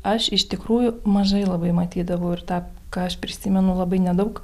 aš iš tikrųjų mažai labai matydavau ir tą ką aš prisimenu labai nedaug